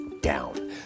down